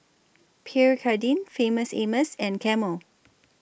Pierre Cardin Famous Amos and Camel